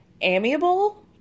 amiable